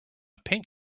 pink